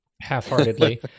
half-heartedly